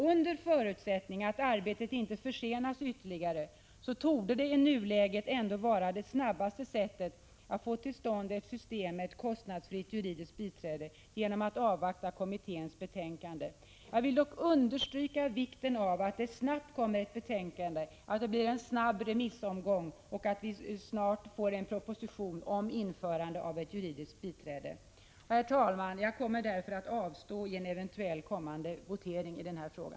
Under förutsättning att arbetet inte försenas ytterligare borde därför det snabbaste sättet att i nuläget få till stånd ett system med kostnadsfritt juridiskt biträde vara att avvakta kommitténs arbete. Jag vill dock understryka vikten av att det snabbt läggs fram ett betänkande, att det blir en snabb remissomgång och att vi snart får en proposition. Herr talman! Jag kommer därför att avstå från att rösta i en eventuell kommande votering i denna fråga.